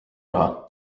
raha